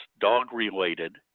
dog-related